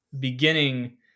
beginning